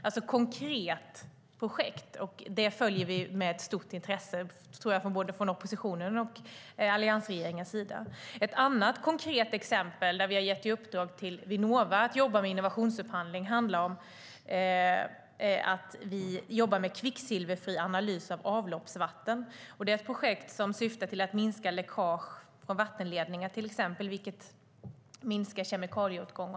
Det är alltså ett konkret projekt som jag tror att både oppositionen och alliansregeringen följer med stort intresse. Ett annat konkret exempel där vi har gett Vinnova i uppdrag att jobba med innovationsupphandling är kvicksilverfri analys av avloppsvatten. Det är ett projekt som syftar till att minska läckage från exempelvis vattenledningar, vilket bland annat minskar kemikalieåtgången.